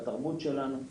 בתרבות שלנו,